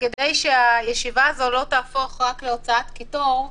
לא הייתי רוצה שהישיבה הזאת לא תהפוך רק להוצאת קיטור.